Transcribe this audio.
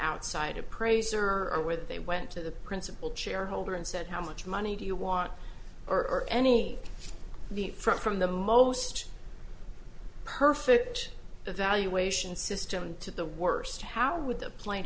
outside appraiser are aware that they went to the principal shareholder and said how much money do you want or any the front from the most perfect evaluation system to the worst how would the